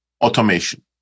automation